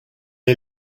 est